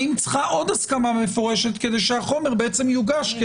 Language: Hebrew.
האם היא צריכה עוד הסכמה מפורשת כדי שהחומר יוגש?